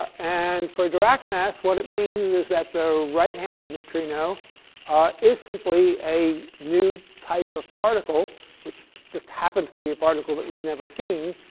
and for dirac mass what it means is that, the right-handed neutrino is simply a new type of particle which just happens to be a particle that we've never seen,